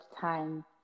time